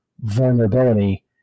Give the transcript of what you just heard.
vulnerability